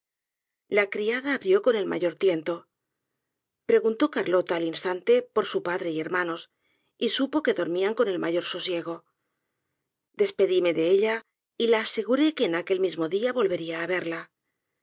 la criada abrió con el mayor tiento preguntó carlota al instante por su padre y hermanos y supo que dormian con el mayor sosiego despedíme de ella y la aseguré que en aquel mismo dia volvería á verla